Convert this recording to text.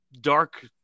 dark